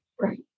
Right